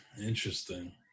Interesting